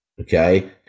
okay